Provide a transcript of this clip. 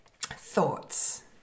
Thoughts